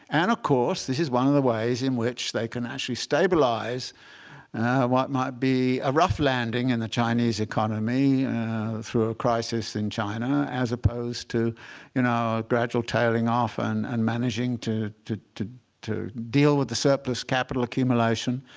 and of course, this is one of the ways in which they can actually stabilize what might be a rough landing in the chinese economy through a crisis in china, as opposed to you know a gradual tailing off and and managing to to deal with the surplus capital accumulation